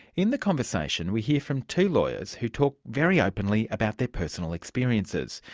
in the conversation we hear from two lawyers who talked very openly about their personal experiences.